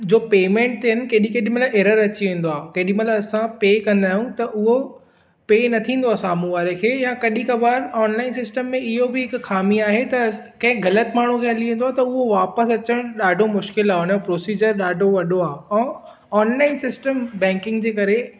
जो पेमेंट आहिनि केॾी केॾी महिल एरर अची वेंदो आहे केॾी महिल असां पे कंदा आहियूं त उहो पे न थींदो आहे साम्हूं वारे खे या कॾहिं कबार ऑनलाइन सिस्टम में इहो बि थींदो आहे ऐं इहो बि खामी आहे त कंहिं ग़लति माण्हू खे हली वेंदो आहे त उहो वापसि अचणु ॾाॾो मुश्किल आहे हुन जो प्रोसीजर ॾाढो वॾो आहे ऐं ऑनलाइन सिस्टम बैंकिंग जे करे